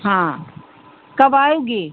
हाँ कब आओगी